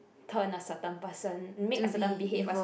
turn a certain person make a certain behave us